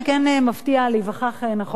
אני רוצה לומר שאת כל הנתונים ביססנו על דוח